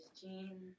Gene